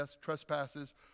trespasses